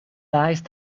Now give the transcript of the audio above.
nice